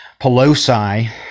Pelosi